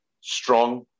strong